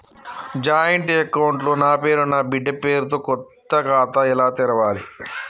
Joint account లో నా పేరు నా బిడ్డే పేరు తో కొత్త ఖాతా ఎలా తెరవాలి?